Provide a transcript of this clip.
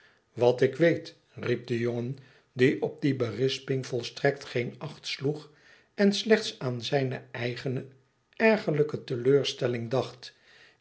wat ik weet riep de jonden die op die berisping volstrekt geen acht sloeg en slechts aan zijne eigene ergerlijke teleurstelling dacht